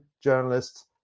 journalists